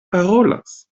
parolas